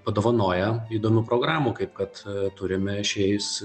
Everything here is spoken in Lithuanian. padovanoja įdomių programų kaip kad turime šiais